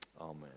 amen